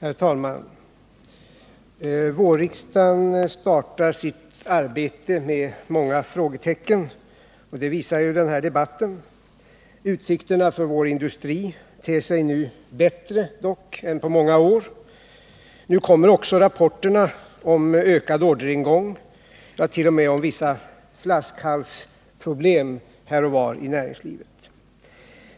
Herr talman! Vårriksdagen startar sitt arbete med många frågetecken — det visar denna debatt. Utsikterna för vår industri ter sig dock bättre nu än på många år. Nu kommer också rapporterna om ökad orderingång, ja, t.o.m. om vissa flaskhalsproblem här och var inom näringslivet.